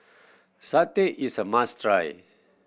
satay is a must try